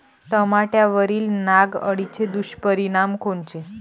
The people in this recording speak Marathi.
टमाट्यावरील नाग अळीचे दुष्परिणाम कोनचे?